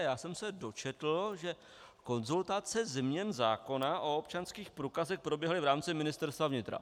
A já jsem se dočetl, že konzultace změn zákona o občanských průkazech proběhly v rámci Ministerstva vnitra.